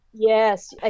Yes